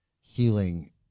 healing